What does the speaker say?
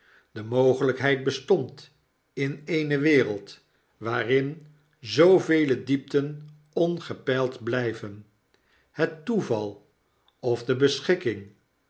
de mogelijkheid bestond in eene wereld waarin zoovele diepten ongepeild blyven het toeval of de beschikking